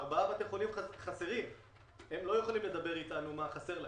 ארבעה בתי חולים חסרים והם לא יכולים לומר לנו מה חסר להם.